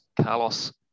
Carlos